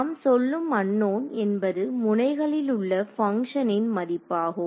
நாம் சொல்லும் அன்நோன் என்பது முனைகளில் உள்ள பங்க்ஷனின் மதிப்பாகும்